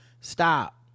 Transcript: Stop